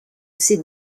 ses